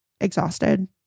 exhausted